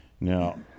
Now